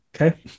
Okay